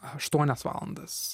aštuonias valandas